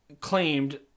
claimed